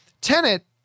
Tenet